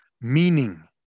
meaning